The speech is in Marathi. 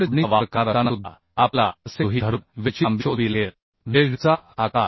वेल्ड जोडणीचा वापर करणार असतानासुद्धा आपल्याला असे गृहीत धरून वेल्डची लांबी शोधावी लागेल वेल्डचा आकार